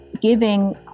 giving